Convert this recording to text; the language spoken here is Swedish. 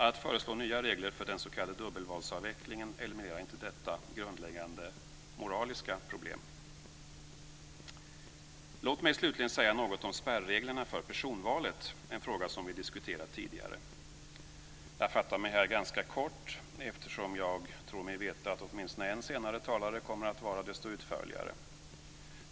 Att föreslå nya regler för den s.k. dubbelvalsavvecklingen eliminerar inte detta grundläggande moraliska problem. Låt mig slutligen säga något om spärreglerna för personvalet. Det är en fråga som vi har diskuterat tidigare. Jag fattar mig här ganska kort eftersom jag tror mig veta att åtminstone en senare talare kommer att vara desto utförligare.